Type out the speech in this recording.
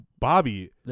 Bobby